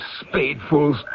spadefuls